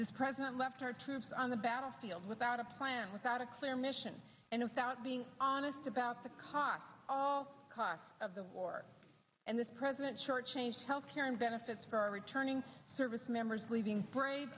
this president left our troops on the battlefield without a plan without a clear mission and if out being honest about the cock of the war and this president shortchange health care and benefits for our returning service members leaving brave